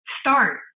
start